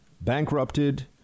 bankrupted